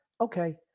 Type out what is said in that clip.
Okay